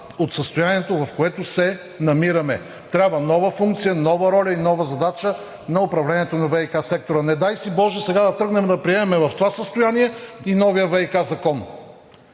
от състоянието, в което се намираме. Трябва нова функция, нова роля и нова задача на управлението на ВиК сектора. Не дай си боже, сега да тръгнем да приемаме в това състояние и новия ВиК закон